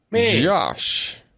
Josh